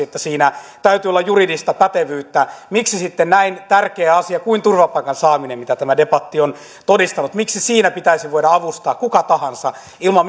että siinä täytyy olla juridista pätevyyttä miksi sitten näin tärkeässä asiassa kuin turvapaikan saaminen mitä tämä debatti on todistanut pitäisi kenen tahansa voida avustaa ilman